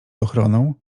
ochroną